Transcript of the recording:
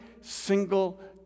single